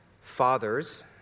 Fathers